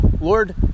Lord